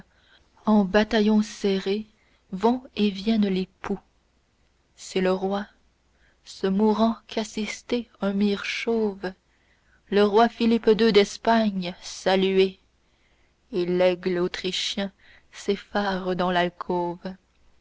en bataillons serrés vont et viennent les poux c'est le roi ce mourant qu'assisté un mire chauve le roi philippe deux d'espagne saluez et l'aigle autrichien s'effare dans l'alcôve